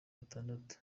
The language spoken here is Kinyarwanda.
batandatu